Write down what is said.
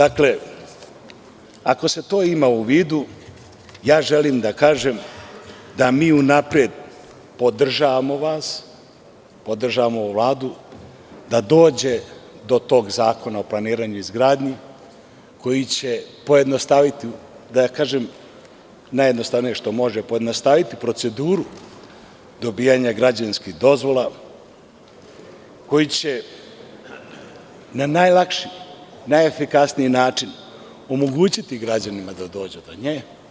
Ako se to ima u vidu, želim da kažem, da mi unapred podržavamo vas, podržavamo Vladu, da dođe do tog Zakona o planiranju i izgradnji koji će pojednostaviti, da kažem najjednostavnije, što može pojednostaviti proceduru dobijanje građevinskih dozvola koji će na najlakši, najefikasniji način omogućiti građanima da dođu do nje.